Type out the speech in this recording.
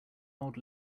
old